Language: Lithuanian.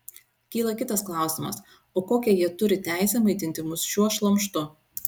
kyla kitas klausimas o kokią jie turi teisę maitinti mus šiuo šlamštu